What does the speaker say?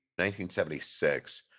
1976